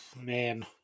Man